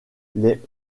les